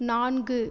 நான்கு